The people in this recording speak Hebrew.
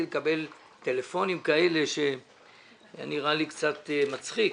לקבל טלפונים כאלה שזה נראה לי קצת מצחיק.